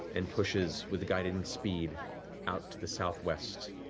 and pushes with guiding speed out to the southwest,